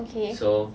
okay